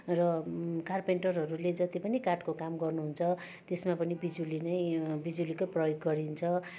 र कार्पेन्टरहरूले जति पनि काठको काम गर्नुहुन्छ त्यसमा पनि बिजुली नै बिजुलीकै प्रयोग गरिन्छ